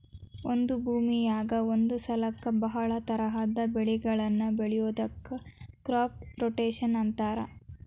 ಒಂದ ಭೂಮಿಯಾಗ ಒಂದ ಸಲಕ್ಕ ಬಹಳ ತರಹದ ಬೆಳಿಗಳನ್ನ ಬೆಳಿಯೋದಕ್ಕ ಕ್ರಾಪ್ ರೊಟೇಷನ್ ಅಂತಾರ